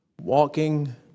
walking